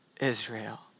Israel